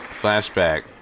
Flashback